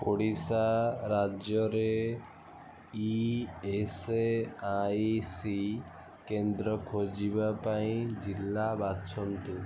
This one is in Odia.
ଓଡ଼ିଶା ରାଜ୍ୟରେ ଇ ଏସ୍ ଆଇ ସି କେନ୍ଦ୍ର ଖୋଜିବା ପାଇଁ ଜିଲ୍ଲା ବାଛନ୍ତୁ